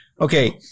Okay